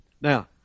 Now